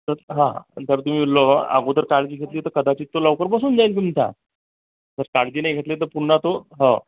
तर हा जर तुम्ही लोव् अगोदर काळजी घेतली तर कदाचित तो लवकर बसून जाईल तुमचा जर काळजी नाही घेतली तर पुन्हा तो हो